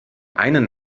einen